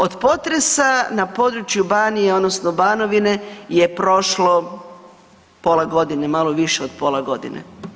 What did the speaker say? Od potresa na području Banije, odnosno Banovine je prošlo pola godine, malo više od pola godine.